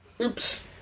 Oops